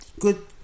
good